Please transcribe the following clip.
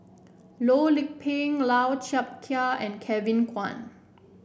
Loh Lik Peng Lau Chiap Khai and Kevin Kwan